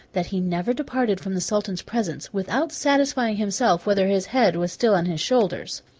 that he never departed from the sultan's presence, without satisfying himself whether his head was still on his shoulders.